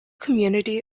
community